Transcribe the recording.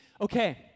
Okay